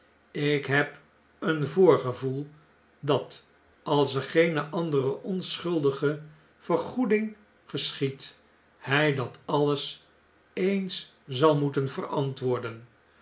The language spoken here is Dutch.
ik heb een voorgevoel dat als er geene andere onschuldige vergoeding geschiedt hij dat alles eens zal moeten verantwoorden